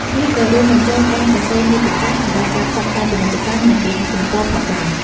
វាក៏រួមបញ្ចូល ការសរសេរមាតិកា សម្រាប់ការផ្សព្វផ្សាយពាណិជ្ជកម្ម និងគេហទំព័រផងដែរ។